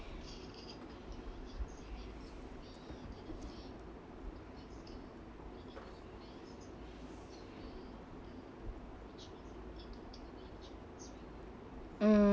mm